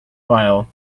file